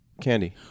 candy